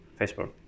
Facebook